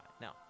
Now